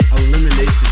elimination